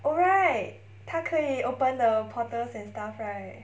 oh right 它可以 opened the portals and stuff right